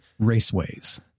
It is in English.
Raceways